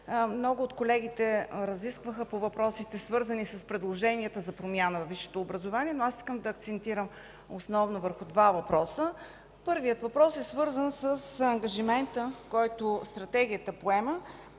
Много от колегите разискваха по въпросите, свързани с предложенията за промяна във висшето образование. Аз обаче искам да акцентирам основно върху два въпроса. Първият въпрос е свързан с ангажимента, поет от Стратегията, за